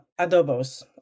adobos